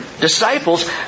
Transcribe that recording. disciples